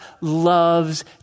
loves